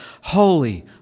Holy